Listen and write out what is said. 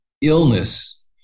illness